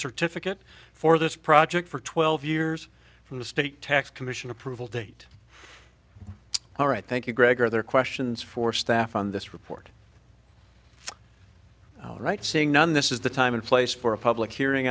certificate for this project for twelve years from the state tax commission approval date all right thank you greg are there questions for staff on this report right seeing none this is the time and place for a public hearing